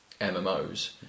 MMOs